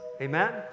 Amen